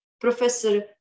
Professor